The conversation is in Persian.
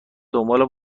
دنبالم